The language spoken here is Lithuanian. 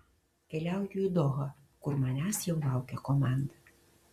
keliauju į dohą kur manęs jau laukia komanda